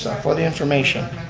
ah for the information,